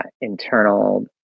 internal